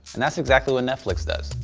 and that's exactly what netflix does.